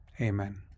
amen